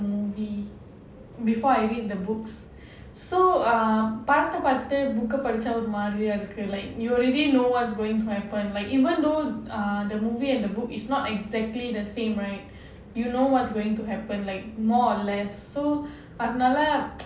movie before I read the books so ah பாத்து பாத்து:paaka paaka book ah படிச்சா ஒரு மாதிரியா இருக்கு:padichchaa oru maadhiriyaa irukku like you already know what's going to happen like even though the movie and the book is not exactly the same right you know what's going to happen like more or less but அதுனால:adhunaala